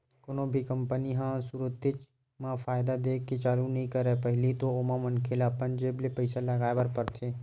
कोनो भी कंपनी ह सुरुवातेच म फायदा देय के चालू नइ करय पहिली तो ओमा मनखे ल अपन जेब ले पइसा लगाय बर परथे